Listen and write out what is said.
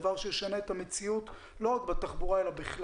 דבר שישנה את המציאות לא רק בתחבורה אלא בגלל.